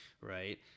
Right